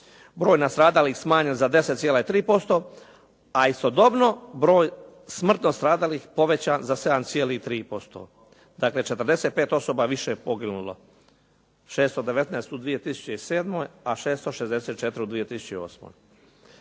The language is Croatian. broj nastradalih smanjen za 10,3% a istodobno broj smrtno stradalih povećan za 7,3%. Dakle, 45% osoba je više poginulo, 619 u 2007. a 664 u 2008.